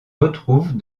retrouve